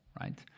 right